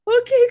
okay